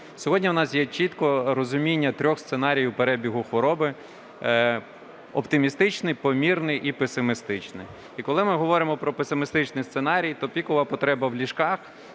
Сьогодні в нас є чітко розуміння трьох сценаріїв перебігу хвороби – оптимістичний, помірний і песимістичний. І коли ми говоримо про песимістичний сценарій, то пікова потреба в ліжках